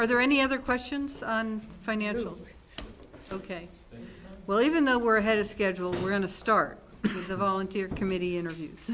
are there any other questions on financials ok well even though we're ahead of schedule we're going to start the volunteer committee interviews